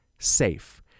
SAFE